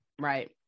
Right